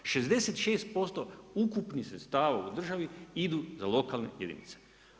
66% ukupnih sredstava u državi idu za lokalne jedinice.